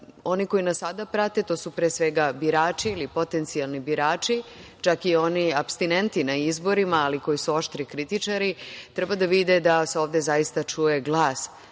oni koji nas sada prate, to su pre svega birači ili potencijalni birači, čak i oni apstinenti na izborima, ali koji su oštri kritičari, treba da vide da se ovde zaista čuje glas